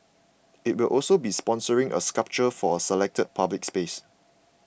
it will also be sponsoring a sculpture for a selected public space